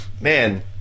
Man